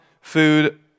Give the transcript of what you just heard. food